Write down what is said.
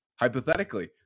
Hypothetically